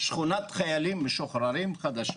שכונת חיילים משוחררים חדשה.